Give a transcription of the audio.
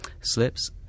slips